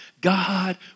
God